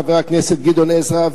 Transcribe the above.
חבר הכנסת גדעון עזרא,